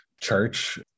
Church